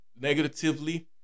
negatively